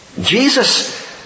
Jesus